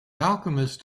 alchemist